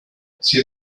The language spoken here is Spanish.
sin